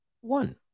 one